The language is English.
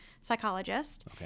psychologist